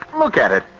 look at it.